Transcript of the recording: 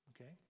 Okay